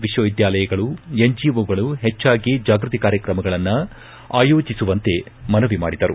ವಿಶ್ವವಿದ್ವಾಲಯಗಳು N G O ಗಳು ಹೆಚ್ವಾಗಿ ಜಾಗ್ಟತಿ ಕಾರ್ಯಕ್ರಮಗಳನ್ನ ಆಯೋಜಿಸುವಂತೆ ಮನವಿ ಮಾಡಿದರು